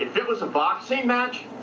it was a boxing match.